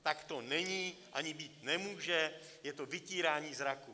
Tak to není ani být nemůže, je to vytírání zraku.